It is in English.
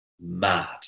mad